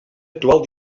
actual